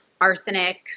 arsenic